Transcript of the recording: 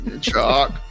Chalk